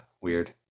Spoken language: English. Weird